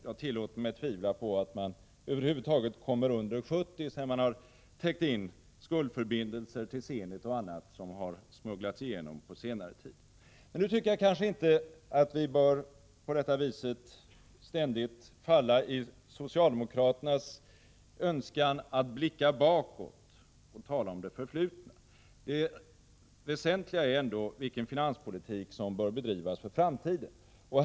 Jag tillåter mig att tvivla på att man över huvud taget kommer under 70 miljarder sedan man täckt in skuldförbindelser till Zenit o.d. som smugglats igenom på senare tid. Jag tycker inte att vi på detta sätt ständigt skall ge efter för socialdemokraternas önskan att blicka bakåt och tala om det förflutna. Det väsentliga är vilken finanspolitik som bör bedrivas för framtiden.